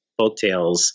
folktales